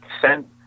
send